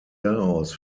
daraus